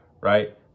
right